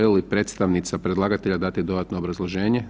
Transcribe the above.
li predstavnica predlagatelj dati dodatno obrazloženje?